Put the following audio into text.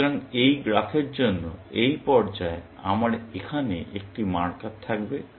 সুতরাং এই গ্রাফের জন্য এই পর্যায়ে আমার এখানে একটি মার্কার থাকবে